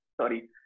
sorry